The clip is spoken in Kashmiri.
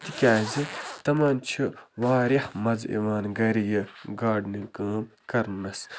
تِکیٛازِ تِمن چھُ واریاہ مَزٕ یِوان گَرِ یہِ گاڈنِنٛگ کٲم کَرنس